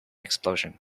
explosion